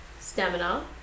stamina